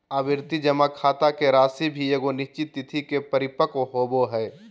आवर्ती जमा खाता के राशि भी एगो निश्चित तिथि के परिपक्व होबो हइ